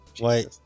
Wait